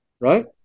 right